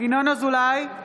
ינון אזולאי,